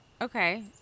Okay